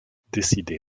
décidée